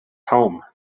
home